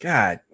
God